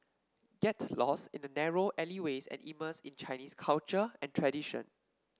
get lost in the narrow alleyways and immerse in Chinese culture and tradition